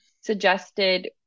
suggested